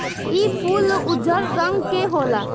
इ फूल उजर रंग के होला